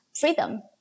freedom